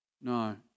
No